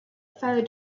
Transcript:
fellow